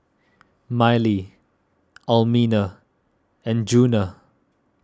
Mylie Almina and Djuna